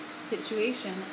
situation